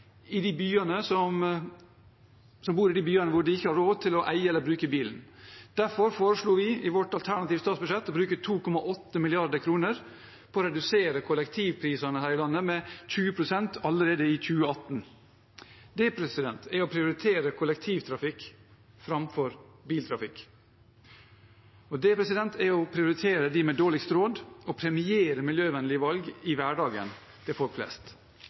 som bor i de byene hvor de ikke har råd til å eie eller bruke bil. Derfor foreslo vi i vårt alternative statsbudsjett å bruke 2,8 mrd. kr på å redusere kollektivprisene her i landet med 20 pst. allerede i 2018. Det er å prioritere kollektivtrafikk framfor biltrafikk, og det er å prioritere dem med dårligst råd og premiere miljøvennlige valg i hverdagen til folk flest.